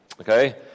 Okay